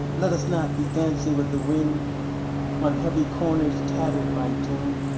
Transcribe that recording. let us not be dancing with the wind on heavy corners tattered by doom.